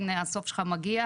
הנה הסוף שלך מגיע'